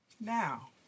Now